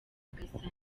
gasanzwe